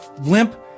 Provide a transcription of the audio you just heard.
limp